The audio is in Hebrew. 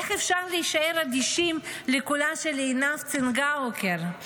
איך אפשר להישאר אדישים לקולה של עינב צנגאוקר,